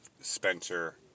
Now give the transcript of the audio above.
Spencer